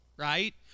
Right